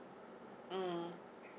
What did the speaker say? mm